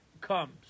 comes